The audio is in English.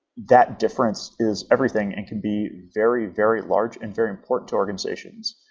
that difference is everything and can be very, very large and very important to organizations.